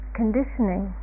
conditioning